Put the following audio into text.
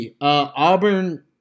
Auburn